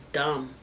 dumb